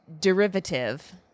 derivative